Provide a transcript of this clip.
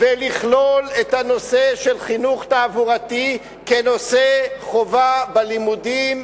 ולכלול את הנושא של חינוך תעבורתי כנושא חובה בלימודים,